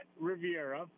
Riviera